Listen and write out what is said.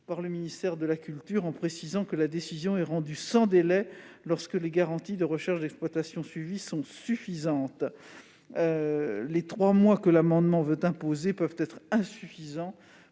par le ministère de la culture, en précisant que la décision est rendue « sans délai », lorsque les garanties de recherche d'exploitation suivie sont suffisantes. Les trois mois que l'amendement tend à imposer peuvent être insuffisants